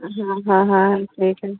हाँ हाँ हाँ ठीक है